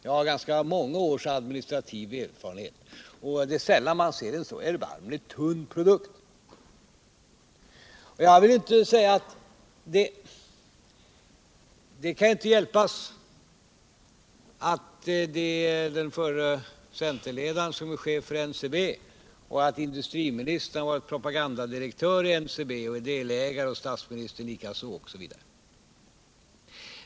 Jag har ganska många års administrativ erfarenhet, och det är sällan jag sett en så erbarmligt tunn produkt. Det kan inte hjälpas att det är den förre centerledaren som är chef för NCB och att industriministern har varit propagandadirektör i NCB och därtill delägare, liksom statsministern.